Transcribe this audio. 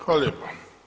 Hvala lijepa.